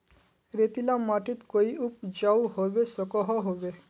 रेतीला माटित कोई उपजाऊ होबे सकोहो होबे?